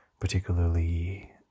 particularly